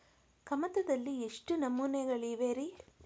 ಕಮತದಲ್ಲಿ ಎಷ್ಟು ನಮೂನೆಗಳಿವೆ ರಿ?